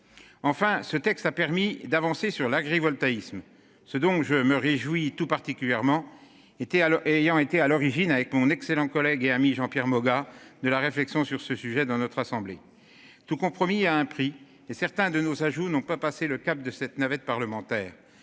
Enfin ce texte a permis d'avancer sur l'agrivoltaïsme ce donc je me réjouis tout particulièrement était à l'ayant été à l'origine avec mon excellent collègue et ami Jean-Pierre Moga, de la réflexion sur ce sujet dans notre assemblée. Tout compromis à un prix et certains de nos joue non pas passé le cap de cette navette parlementaire.